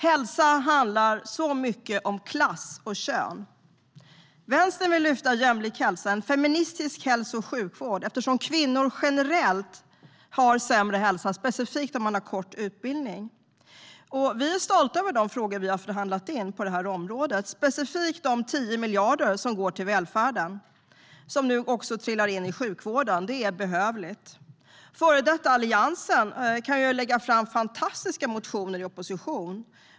Hälsa handlar så mycket om klass och kön. Vänstern vill lyfta fram jämlik hälsa, en feministisk hälso och sjukvård, eftersom kvinnor generellt har sämre hälsa, specifikt om de har kort utbildning. Vi är stolta över de frågor vi har förhandlat in på området. Det gäller specifikt de 10 miljarder som går till välfärden och som nu också trillar in i sjukvården. Det är behövligt. Före detta Alliansen kan lägga fram fantastiska motioner i opposition.